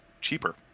cheaper